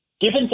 given